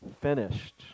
finished